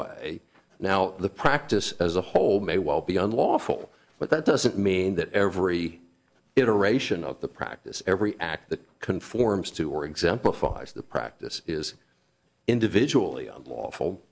way now the practice as a whole may well be unlawful but that doesn't mean that every iteration of the practice every act that conforms to or exemplifies the practice is individually unlawful